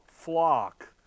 flock